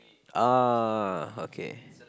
uh okay